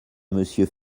monsieur